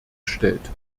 gestellt